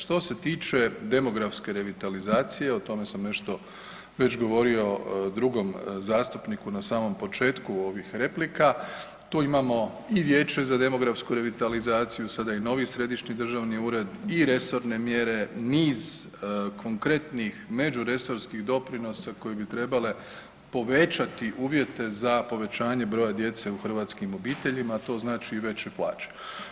Što se tiče demografske revitalizacije o tome sam nešto već govorio drugom zastupniku na samom početku ovih replika, tu imamo i vijeće za demografsku revitalizaciju sada i novi središnji državni ured i resorne mjere, niz konkretnih međuresorskih doprinosa koje bi trebale povećati uvjete za povećanje broja djece u hrvatskim obiteljima, a to znači i veće plaće.